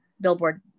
Billboard